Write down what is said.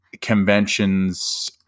Conventions